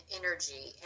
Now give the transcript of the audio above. energy